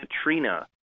Katrina